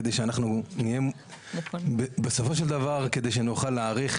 כדי שבסופו של דבר אנחנו נוכל להעריך,